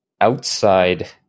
outside